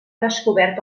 descobert